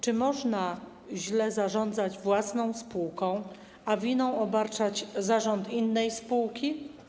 Czy można źle zarządzać własną spółką, a winą obarczać zarząd innej spółki?